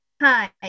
Hi